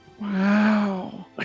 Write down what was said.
Wow